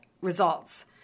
results